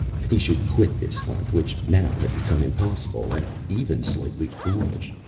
he should quit this hunt which now had become impossible and even slightly foolish.